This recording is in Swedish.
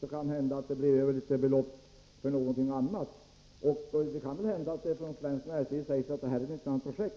det måhända pengar över för en del annat. Det kan hända att man från det svenska näringslivets sida säger att det är fråga om intressanta projekt.